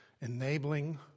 enabling